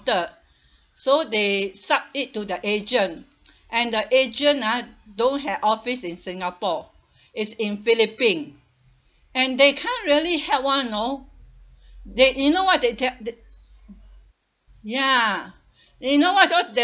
so they suck it to their agent and the agent ah don't have office in singapore is in philippine and they can't really help [one] know they you know what they tell they ya you know what's the